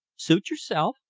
suit yourself,